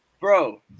Bro